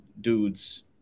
dudes